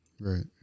Right